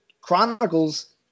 chronicles